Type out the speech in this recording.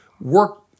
work